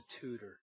tutor